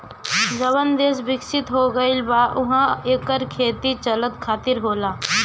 जवन देस बिकसित हो गईल बा उहा एकर खेती चारा खातिर होला